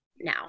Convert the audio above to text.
now